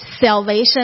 salvation